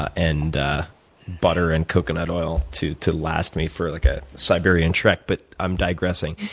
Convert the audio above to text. and butter and coconut oil to to last me for like a siberian trek but i'm digressing.